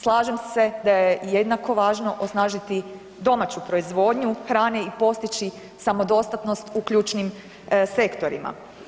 Slažem se da je jednako važno osnažiti domaću proizvodnju hrane i postići samodostatnost u ključnim sektorima.